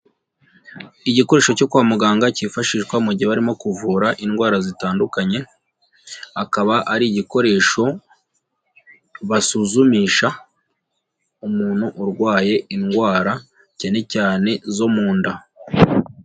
Igikoresho cyo kwa muganga kifashishwa mu gihe barimo kuvura indwara zitandukanye, akaba ari igikoresho, basuzumisha umuntu urwaye indwara, cyane cyane zo mu nda.